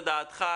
לדעתך,